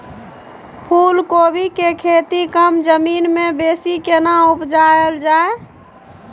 फूलकोबी के खेती कम जमीन मे बेसी केना उपजायल जाय?